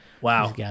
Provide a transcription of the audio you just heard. Wow